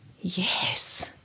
yes